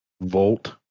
Volt